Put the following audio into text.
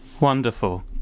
Wonderful